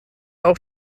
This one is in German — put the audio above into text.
auch